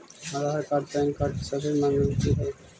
आधार card PAN card सभे मगलके हे?